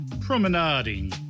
Promenading